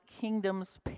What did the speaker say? kingdoms